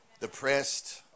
depressed